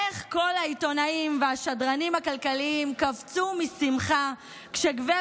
איך כל העיתונאים והשדרנים הכלכליים קפצו משמחה כשגב'